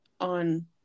on